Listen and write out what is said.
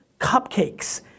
cupcakes